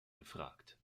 gefragt